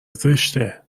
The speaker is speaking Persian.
زشته